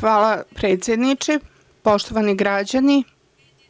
Hvala predsedniče, poštovani građani,